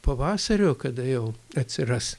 pavasario kada jau atsiras